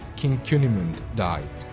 king kunimuno died.